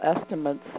estimates